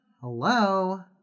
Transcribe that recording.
Hello